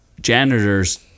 janitors